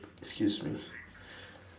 excuse me